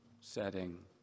setting